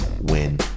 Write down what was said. win